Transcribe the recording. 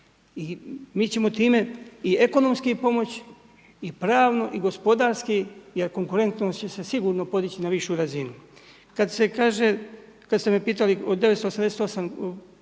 I mi ćemo time i ekonomski pomoći i pravno i gospodarski jer konkurentnost će se sigurno podići na višu razinu. Kada se kaže, kada ste me pitali o 988,